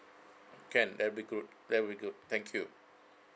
can that'll be good that will be good thank you